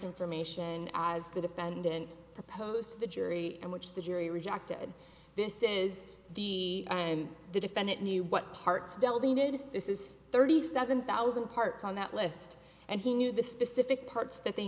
information as the defendant proposed to the jury and which the jury rejected this is the the defendant knew what parts dealt needed this is thirty seven thousand parts on that list and he knew the specific parts that they